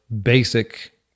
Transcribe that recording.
basic